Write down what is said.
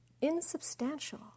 insubstantial